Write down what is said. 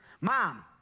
Mom